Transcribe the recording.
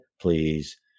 please